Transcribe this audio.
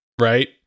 right